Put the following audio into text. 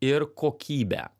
ir kokybę